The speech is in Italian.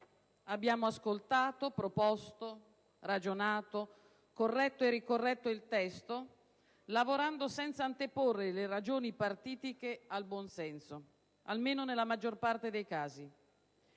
abbiamo ascoltato, proposto, ragionato, corretto e ricorretto il testo, lavorando senza anteporre le ragioni partitiche al buonsenso, almeno nella maggior parte dei casi.